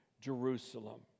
Jerusalem